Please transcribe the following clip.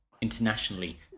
internationally